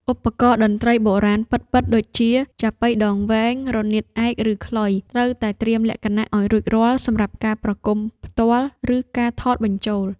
ឧបករណ៍តន្ត្រីបុរាណពិតៗដូចជា ចាប៉ីដងវែង រនាតឯក ឬខ្លុយ ត្រូវតែត្រៀមលក្ខណៈឱ្យរួចរាល់សម្រាប់ការប្រគំផ្ទាល់ ឬការថតបញ្ចូល។